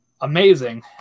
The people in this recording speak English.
amazing